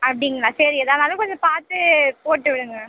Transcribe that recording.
அப்படிங்களா சரி எதானாலும் கொஞ்சம் பார்த்துப் போட்டுவிடுங்க